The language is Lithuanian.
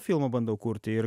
filmą bandau kurti ir